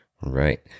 Right